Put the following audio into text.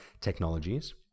technologies